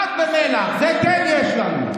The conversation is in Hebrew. זה, פת במלח, את זה כן יש לנו.